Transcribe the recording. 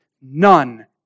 None